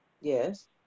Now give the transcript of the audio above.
Yes